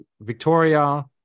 Victoria